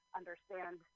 understand